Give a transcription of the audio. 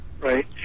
right